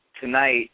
tonight